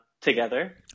together